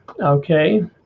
okay